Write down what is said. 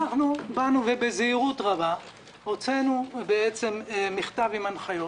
אנחנו באנו ובזהירות רבה הוצאנו מכתב עם הנחיות,